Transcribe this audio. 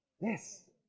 Yes